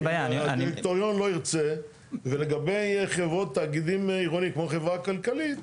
אם הדירקטוריון לא ירצה ולגבי חברות תאגידים עירוניים כמו חברה כלכלית,